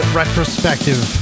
retrospective